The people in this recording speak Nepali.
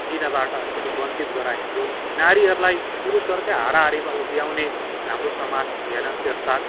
दिनबाट अलिकति वञ्चित गराइन्थ्यो नारीहरूलाई पुरुषहरूकै हाराहारीमा उभ्याउने हाम्रो समाज थिएन त्यसताक